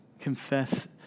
confess